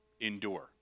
Endure